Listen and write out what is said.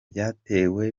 byatewe